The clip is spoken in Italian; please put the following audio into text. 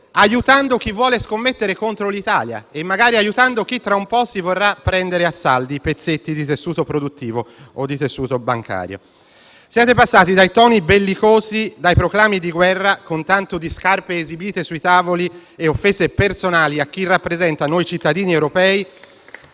aiutando chi vuole scommettere contro l'Italia e, magari, chi tra un po' si vorrà prendere a saldi pezzetti di tessuto produttivo o bancario. Siete passati da toni bellicosi e proclami di guerra, con tanto di scarpe esibite sui tavoli e offese personali a chi rappresenta noi cittadini europei,